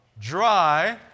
dry